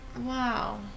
Wow